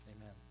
Amen